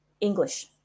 English